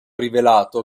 rivelato